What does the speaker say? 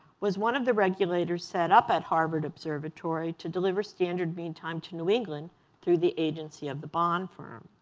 was one of the regulators set up at harvard observatory to deliver standard mean time to new england through the agency of the bond firm.